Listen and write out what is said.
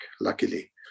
luckily